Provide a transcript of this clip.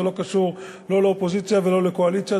זה לא קשור לא לאופוזיציה ולא לקואליציה,